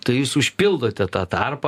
tai jūs užpildote tą tarpą